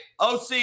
OC